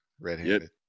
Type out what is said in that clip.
red-handed